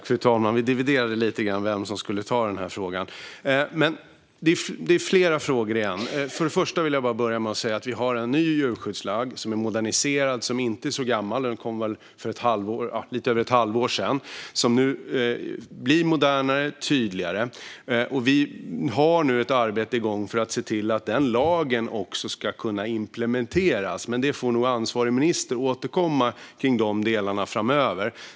Fru talman! Vi dividerade lite om vem som skulle ta denna fråga. Det är flera frågor i en. Jag vill börja med att säga att vi har en ny djurskyddslag som är moderniserad. Den är inte så gammal, utan den kom för lite mer än ett halvår sedan. Den är modernare och tydligare. Vi har nu ett arbete igång för att se till att lagen ska kunna implementeras, men ansvarig minister får återkomma om dessa delar framöver.